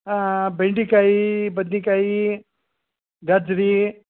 ಹಾಂ ಬೆಂಡೆಕಾಯಿ ಬದ್ನೇಕಾಯಿ ಗಜ್ಜರಿ